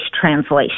translation